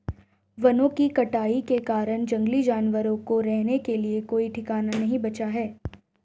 वनों की कटाई के कारण जंगली जानवरों को रहने के लिए कोई ठिकाना नहीं बचा है